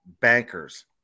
bankers